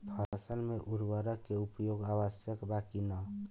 फसल में उर्वरक के उपयोग आवश्यक बा कि न?